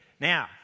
Now